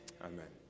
Amen